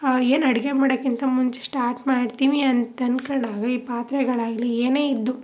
ಏನು ಅಡುಗೆ ಮಾಡೋಕ್ಕಿಂತ ಮುಂಚೆ ಸ್ಟಾಟ್ ಮಾಡ್ತೀವಿ ಅಂತ ಅಂದ್ಕೊಂಡಾಗ ಈ ಪಾತ್ರೆಗಳಾಗಲಿ ಏನೇ ಇದ್ದು